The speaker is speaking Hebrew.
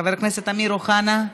חבר הכנסת אמיר אוחנה,